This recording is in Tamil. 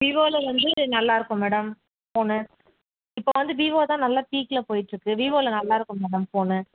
விவோவில வந்து நல்லா இருக்கும் மேடம் ஃபோனு இப்போ வந்து விவோ தான் நல்ல பீக்கில் போயிட்டுருக்கு விவோவில நல்லா இருக்கும் மேடம் ஃபோனு